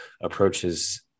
approaches